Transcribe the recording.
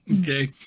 okay